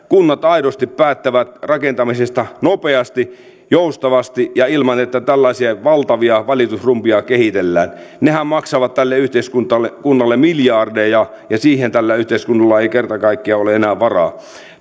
kunnat aidosti päättävät rakentamisesta nopeasti joustavasti ja ilman että tällaisia valtavia valitusrumbia kehitellään nehän maksavat tälle yhteiskunnalle miljardeja ja siihen tällä yhteiskunnalla ei kerta kaikkiaan ole enää varaa